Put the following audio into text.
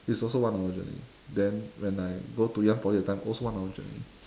it's also one hour journey then when I go to ngee ann poly that time also one hour journey